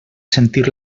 sentir